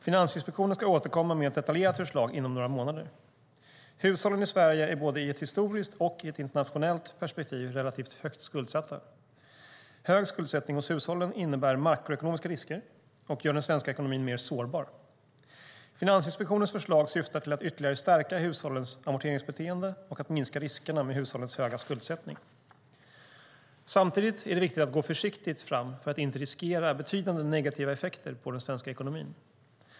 Finansinspektionen ska återkomma med ett detaljerat förslag inom några månader. Hushållen i Sverige är både i ett historiskt och i ett internationellt perspektiv relativt högt skuldsatta. Hög skuldsättning hos hushållen innebär makroekonomiska risker och gör den svenska ekonomin mer sårbar. Finansinspektionens förslag syftar till att ytterligare stärka hushållens amorteringsbeteende och att minska riskerna med hushållens höga skuldsättning. Samtidigt är det viktigt att gå försiktigt fram för att inte riskera betydande negativa effekter på den svenska ekonomin.